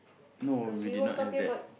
no really not have that